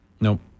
Nope